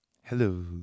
Hello